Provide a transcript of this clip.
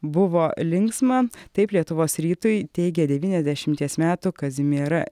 buvo linksma taip lietuvos rytui teigė devyniasdešimties metų kazimiera